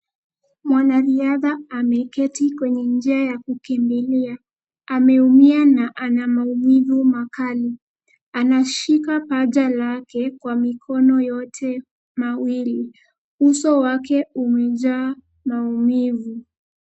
Mwanariadha ameketi kwenye njia ya kukimbilia, ameumia na ana maumivu makali. Anashika paja lake kwa mikono yote mawili, uso wake umejaa maumivu.